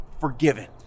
forgiven